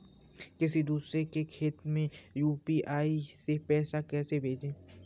किसी दूसरे के खाते में यू.पी.आई से पैसा कैसे भेजें?